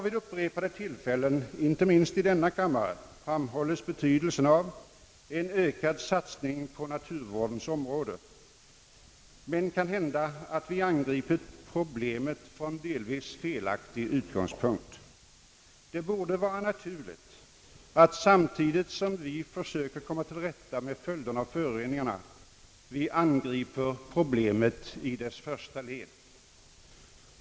Vid upprepade tillfällen inte minst i denna kammare har framhållits betydelsen av en ökad satsning på naturvårdens område, men vi har kanhända angripit problemet från delvis felaktig utgångspunkt. Det borde vara naturligt, att vi samtidigt som vi försöker komma till rätta med följderna av föroreningarna angriper problemet i första ledet.